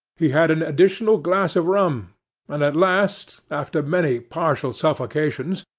he had an additional glass of rum and at last, after many partial suffocations,